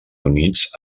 units